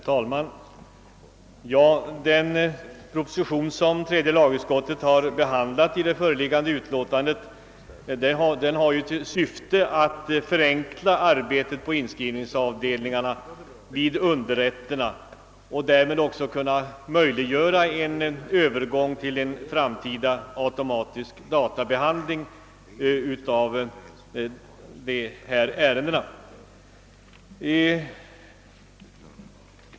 Herr talman! Den proposition som tredje lagutskottet har behandlat i det föreliggande utskottsutlåtandet har till syfte att förenkla arbetet på inskrivningsavdelningarna vid de allmänna underrätterna och därmed också möjliggöra en övergång till framtida automatisk databehandling inom inskrivningsväsendet.